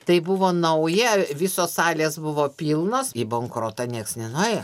tai buvo nauja visos salės buvo pilnos į bankrotą nieks nenuėjo